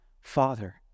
Father